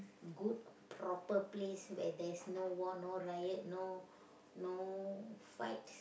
good proper place where there's no war no riot no no fight